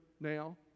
Now